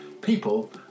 people